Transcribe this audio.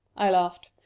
i laughed.